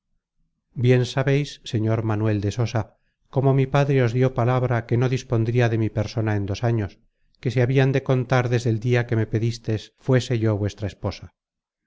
bien sabeis señor manuel de sosa cómo mi padre os dió palabra que no dispondria de mi persona en dos años que se habian de contar desde el dia que me pedistes fuese yo vuestra esposa